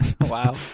wow